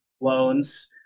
loans